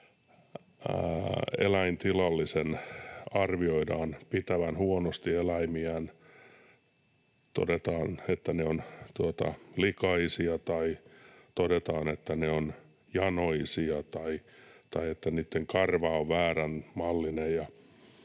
eläintilallisen arvioidaan pitävän huonosti eläimiään — todetaan, että ne ovat likaisia, tai todetaan, että ne ovat janoisia tai että niitten karva on vääränmallinen,